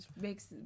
Makes